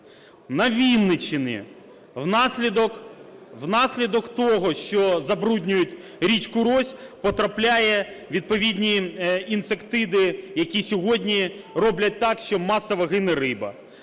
На Вінниччині внаслідок того, що забруднюють річку Рось, потрапляють відповідні інсектициди, які сьогодні роблять так, що масово гине риба.